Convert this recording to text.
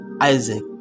Isaac